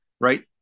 right